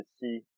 see